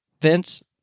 Vince